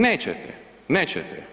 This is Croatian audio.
Nećete, nećete.